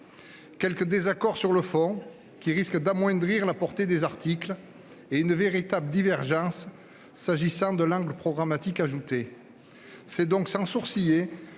Quelques désaccords sur le fond, qui risquent d'amoindrir la portée des articles, et une véritable divergence s'agissant de l'angle programmatique ajouté.